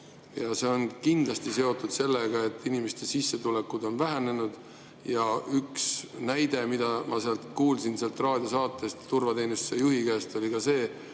– see on kindlasti seotud sellega, et inimeste sissetulekud on vähenenud. Üks näide, kuulsin ühest raadiosaatest, turvateenistuse juhi suust, oli ka see,